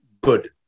good